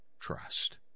trust